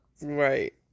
Right